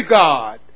God